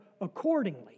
accordingly